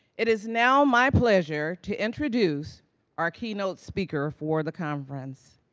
it is now my pleasure to introduce our keynote speaker for the conference.